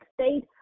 state